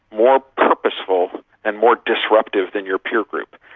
more purposeful and more disruptive than your peer group.